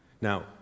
Now